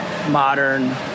modern